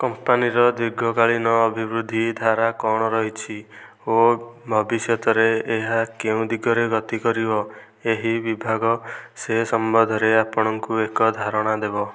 କମ୍ପାନୀର ଦୀର୍ଘକାଳୀନ ଅଭିବୃଦ୍ଧି ଧାରା କ'ଣ ରହିଛି ଓ ଭବିଷ୍ୟତରେ ଏହା କେଉଁ ଦିଗରେ ଗତି କରିବ ଏହି ବିଭାଗ ସେ ସମ୍ବନ୍ଧରେ ଆପଣଙ୍କୁ ଏକ ଧାରଣା ଦେବ